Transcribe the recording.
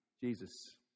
Jesus